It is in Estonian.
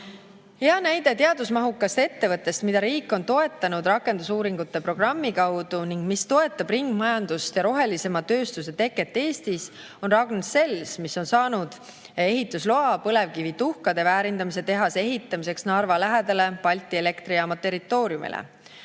Hea näide teadusmahukast ettevõttest, mida riik on toetanud rakendusuuringute programmi kaudu ning mis toetab ringmajanduse ja rohelisema tööstuse teket Eestis, on Ragn-Sells, mis on saanud ehitusloa põlevkivituha väärindamise tehase ehitamiseks Narva lähedale Balti Elektrijaama territooriumile.